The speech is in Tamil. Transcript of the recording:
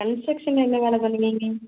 கன்ஸ்ட்ரெக்ஷனில் என்ன வேலை பண்ணுவீங்கள்